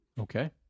Okay